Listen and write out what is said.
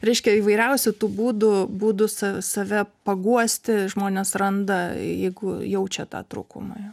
reiškia įvairiausių tų būdų būdų s save paguosti žmonės randa jeigu jaučia tą trūkumą